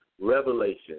revelation